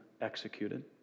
Executed